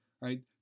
right